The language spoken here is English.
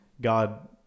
God